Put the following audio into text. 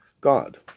God